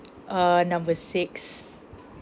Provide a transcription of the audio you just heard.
err number six